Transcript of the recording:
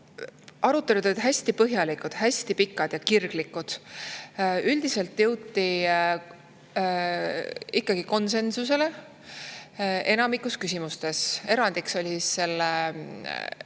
Arutelud olid hästi põhjalikud, hästi pikad ja kirglikud. Üldiselt jõuti konsensusele enamikus küsimustes. Erandiks oli